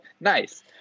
Nice